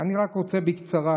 אני רק רוצה בקצרה,